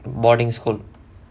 boarding school